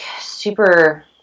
super